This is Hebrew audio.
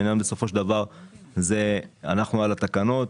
העניין בסופו של דבר הוא שאנחנו על התקנות,